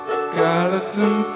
skeleton